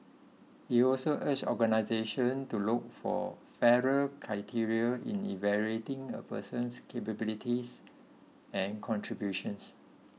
he also urged organisations to look for fairer criteria in evaluating a person's capabilities and contributions